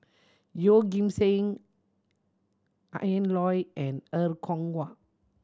Yeoh Ghim Seng Ian Loy and Er Kwong Wah